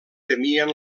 temien